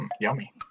Yummy